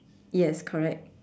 yes correct